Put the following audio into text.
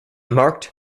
marked